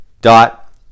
dot